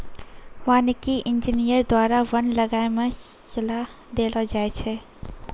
वानिकी इंजीनियर द्वारा वन लगाय मे सलाह देलो जाय छै